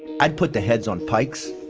i'd put the heads on pikes.